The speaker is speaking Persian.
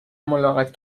ملاقات